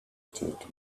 taped